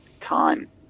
time